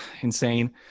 insane